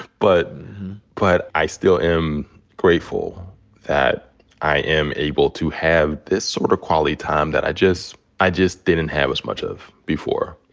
but but i still am grateful that i am able to have this sort of quality time that i just i just didn't have as much of before.